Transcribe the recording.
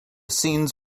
scenes